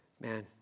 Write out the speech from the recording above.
Man